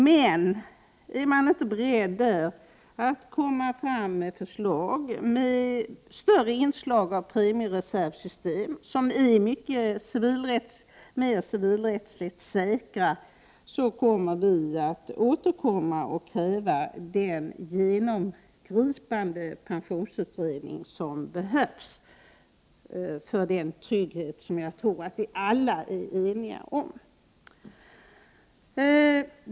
Men är man inte i beredningen beredd att komma med förslag med större inslag av premiereservsystem, som är civilrättsligt säkrare, kommer vi att återkomma och kräva den genomgripande pensionsberedning som behövs för den trygghet jag tror vi alla är eniga om.